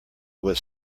was